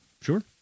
sure